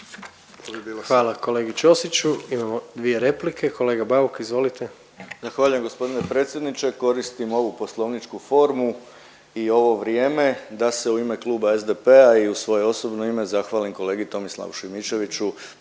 Hvala kolegi Ćosiću. Imamo dvije replike, kolega Bauk, izvolite. **Bauk, Arsen (SDP)** Zahvaljujem g. predsjedniče, koristim ovu poslovničku formu i ovo vrijeme da se u ime Kluba SDP-a i svoje osobno ime zahvalim kolegi Tomislavu Šimičeviću,